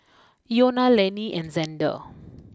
Iona Lanny and Xander